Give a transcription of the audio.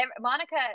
Monica